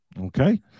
okay